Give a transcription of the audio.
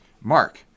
Mark